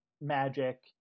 magic